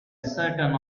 certain